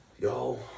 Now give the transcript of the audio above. Yo